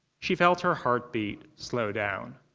she felt her heartbeat slow down.